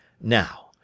Now